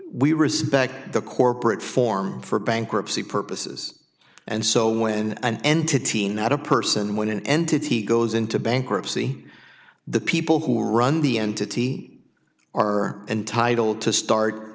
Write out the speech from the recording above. we respect the corporate form for bankruptcy purposes and so when an entity not a person when an entity goes into bankruptcy the people who are run the entity are entitled to start